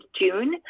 June